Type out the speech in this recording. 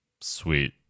sweet